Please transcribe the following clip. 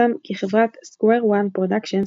פורסם כי חברת SquareOne Productions,